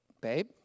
babe